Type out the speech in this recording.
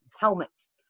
helmets